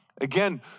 Again